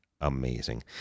amazing